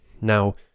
Now